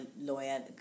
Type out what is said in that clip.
lawyer